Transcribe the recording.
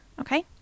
okay